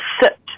sit